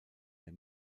der